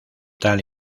tal